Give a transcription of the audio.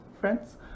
friends